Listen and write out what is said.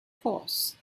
horse